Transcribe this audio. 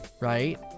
right